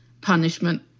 punishment